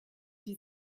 die